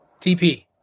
TP